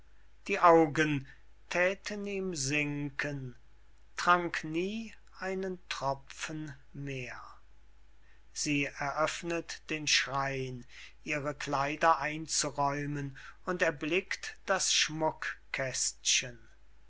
die augen thäten ihm sinken trank nie einen tropfen mehr sie eröffnet den schrein ihre kleider einzuräumen und erblickt das